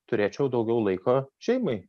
turėčiau daugiau laiko šeimai